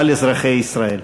כלל אזרחי ישראל,